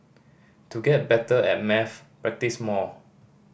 to get better at maths practise more